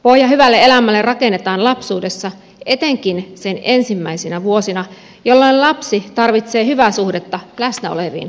pohja hyvälle elämälle rakennetaan lapsuudessa etenkin sen ensimmäisinä vuosina jolloin lapsi tarvitsee hyvää suhdetta läsnä oleviin vanhempiin